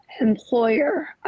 employer